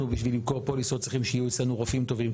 אנחנו בשביל למכור פוליסות צריכים שיהיו אצלנו רופאים טובים.